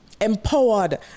empowered